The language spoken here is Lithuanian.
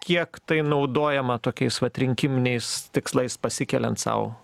kiek tai naudojama tokiais vat rinkiminiais tikslais pasikeliant sau